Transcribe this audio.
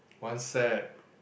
one set